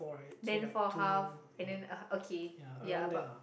then four half and then uh okay ya but